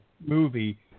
movie